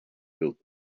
filled